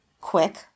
quick